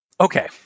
Okay